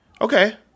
Okay